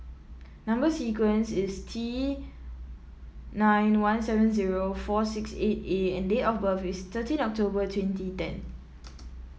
number sequence is T nine one seven zero four six eight A and date of birth is thirteen October twenty ten